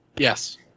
yes